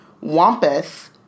Wampus